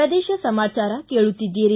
ಪ್ರದೇಶ ಸಮಾಚಾರ ಕೇಳುತ್ತಿದ್ದೀರಿ